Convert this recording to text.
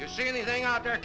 you see anything out there